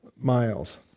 miles